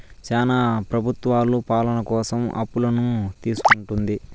శ్యానా ప్రభుత్వాలు పాలన కోసం అప్పులను తీసుకుంటుంది